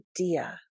idea